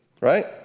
right